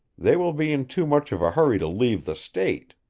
they will be in too much of a hurry to leave the state.